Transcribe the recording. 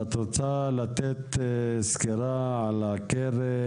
את רוצה לתת סקירה על הקרן,